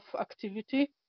activity